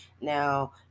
Now